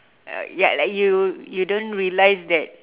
uh ya like you you don't realise that